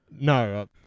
No